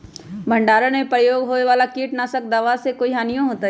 भंडारण में प्रयोग होए वाला किट नाशक दवा से कोई हानियों होतै?